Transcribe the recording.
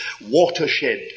watershed